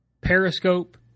Periscope